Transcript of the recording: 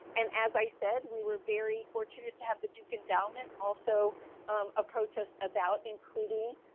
and as i said, we were very fortunate to have the duke endowment also approach us about including